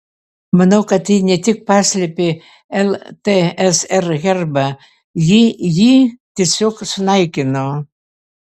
manau kad ji ne tik paslėpė ltsr herbą ji jį tiesiog sunaikino